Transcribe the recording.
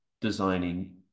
designing